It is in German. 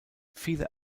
viele